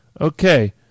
Okay